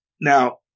Now